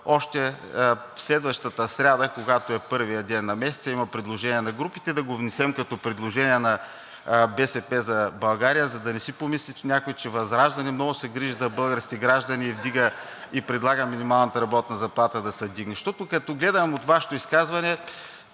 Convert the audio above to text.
още следващата сряда, когато е първият ден на месеца и има предложения на групите, да го внесем като предложение на „БСП за България“, за да не си помисли някой, че ВЪЗРАЖДАНЕ много се грижи за българските граждани и предлага минималната работна заплата да се вдигне. Защото от Вашето изказване,